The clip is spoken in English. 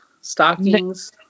stockings